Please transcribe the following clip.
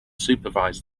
supervise